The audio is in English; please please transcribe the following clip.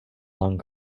long